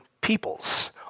people's